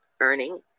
earning